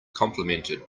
complimented